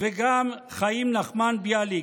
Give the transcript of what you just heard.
וגם חיים נחמן ביאליק,